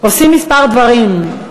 עושים כמה דברים.